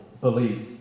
beliefs